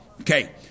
okay